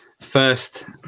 first